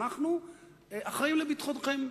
אנחנו אחראים לביטחונכם.